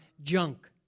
junk